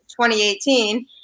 2018